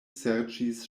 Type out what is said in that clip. serĉis